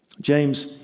James